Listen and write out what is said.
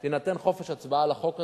יינתן חופש הצבעה בחוק הזה,